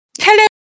Hello